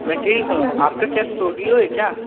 मैं ठीक हूँ आपका क्या स्टूडियो है क्या